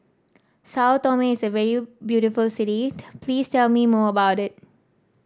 Sao Tome is a very beautiful city tell please tell me more about it